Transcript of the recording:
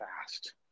fast